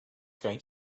going